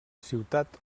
ciutat